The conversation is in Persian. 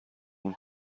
اون